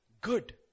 good